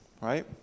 right